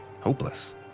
hopeless